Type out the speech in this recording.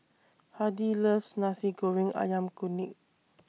Hardy loves Nasi Goreng Ayam Kunyit